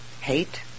hate